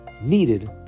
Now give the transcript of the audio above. needed